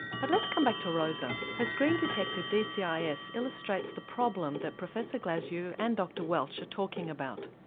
but let's come back to rosa. her screen detected dcis illustrates the problem that professor glasziou and dr welch are talking about.